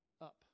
up